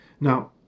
Now